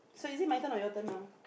so is it my turn or your turn now